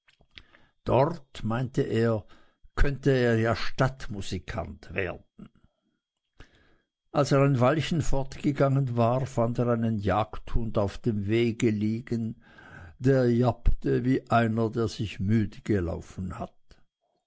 dort meinte er könnte er ja stadtmusikant werden als er ein weilchen fortgegangen war fand er einen jagdhund auf dem wege liegen der jappte wie einer der sich müde gelaufen hat